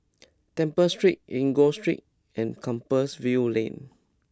Temple Street Enggor Street and Compassvale Lane